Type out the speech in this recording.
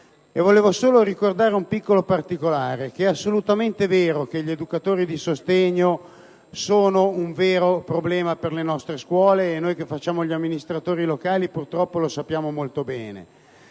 e vorrei ricordare un piccolo particolare. È assolutamente vero che gli educatori di sostegno sono un problema per le nostre scuole e noi, che facciamo gli amministratori locali, purtroppo lo sappiamo molto bene.